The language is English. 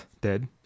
dead